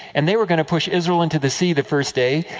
and they were going to push israel into the sea, the first day.